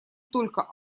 только